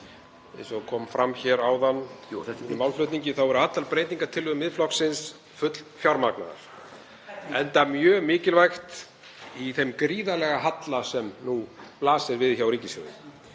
áðan í málflutningi mínum eru allar breytingartillögur Miðflokksins fullfjármagnaðar, enda mjög mikilvægt í þeim gríðarlega halla sem nú blasir við hjá ríkissjóði.